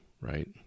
right